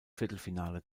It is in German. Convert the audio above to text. viertelfinale